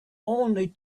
only